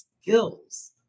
skills